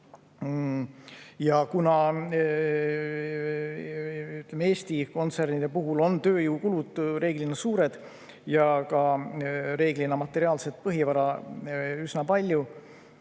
Kuna Eesti kontsernide puhul on tööjõukulud reeglina suured ja ka materiaalset põhivara on üsna palju,